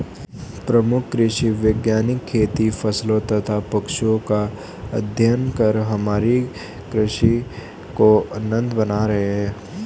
प्रमुख कृषि वैज्ञानिक खेती फसलों तथा पशुओं का अध्ययन कर हमारी कृषि को उन्नत बना रहे हैं